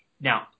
now